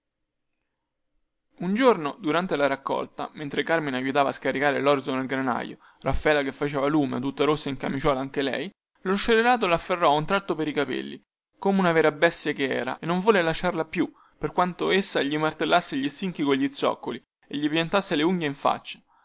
un giorno durante la raccolta mentre carmine aiutava a scaricare lorzo nel granaio raffaela che faceva lume tutta rossa e in camiciuola anche lei lo scellerato lafferrò a un tratto pei capelli come una vera bestia che era e non volle lasciarla più per quanto essa gli martellasse gli stinchi cogli zoccoli e gli piantasse le unghie in faccia